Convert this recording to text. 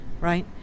right